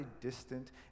distant